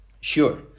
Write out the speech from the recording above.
Sure